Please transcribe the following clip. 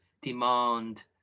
demand